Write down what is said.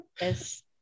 yes